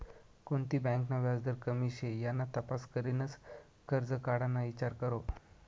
कोणती बँक ना व्याजदर कमी शे याना तपास करीनच करजं काढाना ईचार करो